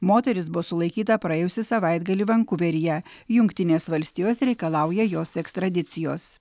moteris buvo sulaikyta praėjusį savaitgalį vankuveryje jungtinės valstijos reikalauja jos ekstradicijos